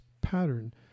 pattern